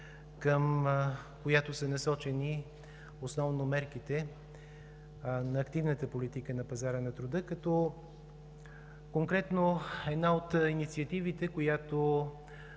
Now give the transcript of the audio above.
към която са насочени основно мерките на активната политика на пазара на труда, като конкретно една от инициативите, която